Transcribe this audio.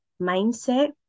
mindset